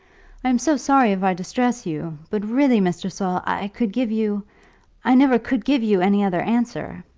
i am so sorry if i distress you, but really, mr. saul, i could give you i never could give you any other answer.